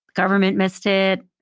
government missed it.